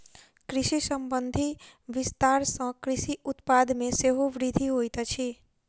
कृषि संबंधी विस्तार सॅ कृषि उत्पाद मे सेहो वृद्धि होइत अछि